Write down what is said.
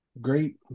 Great